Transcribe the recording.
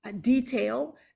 detail